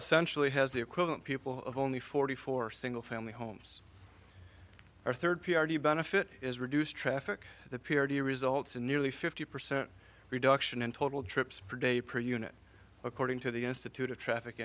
essentially has the equivalent people of only forty four single family homes are third p r the benefit is reduce traffic that results in nearly fifty percent reduction in total trips per day per unit according to the institute of traffic